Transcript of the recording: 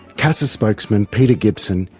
casa spokesman, peter gibson,